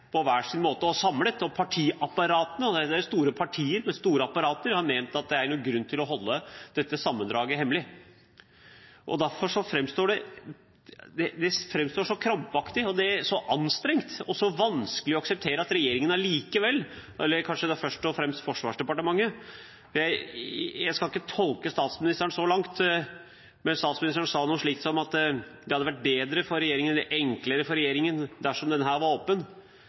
på hver sin måte, samlet og i partiapparatene, og det er store partier med store apparater – at det er noen grunn til å holde dette sammendraget hemmelig. Derfor framstår det så krampaktig, så anstrengt, og så vanskelig å akseptere fra regjeringen – eller kanskje først og fremst Forsvarsdepartementet. Jeg skal ikke tolke statsministeren så langt, men statsministeren sa noe slikt som at det hadde vært bedre eller enklere for regjeringen dersom dette var